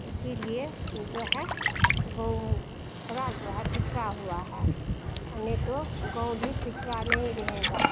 इसीलिए जो है गाँव थोड़ा जो है पिछड़ा हुआ है और नहीं तो गाँव भी पिछड़ा नहीं रहेगा